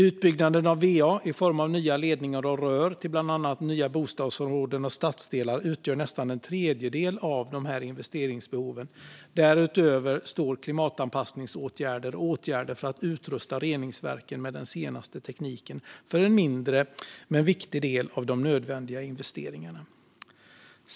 Utbyggnaden av va i form av nya ledningar och rör till bland annat nya bostadsområden och stadsdelar utgör nästan en tredjedel av de här investeringsbehoven. Därutöver står klimatanpassningsåtgärder och åtgärder för att utrusta reningsverken med den senaste tekniken för en mindre, men viktig, del av de nödvändiga framtida investeringarna.